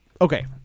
Okay